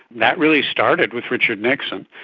that really started with richard nixon.